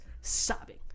Sobbing